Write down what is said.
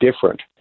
different